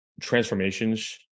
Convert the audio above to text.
transformations